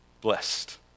blessed